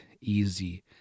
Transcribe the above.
easy